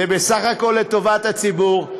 זה בסך הכול לטובת הציבור.